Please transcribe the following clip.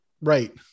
Right